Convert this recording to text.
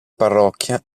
parrocchia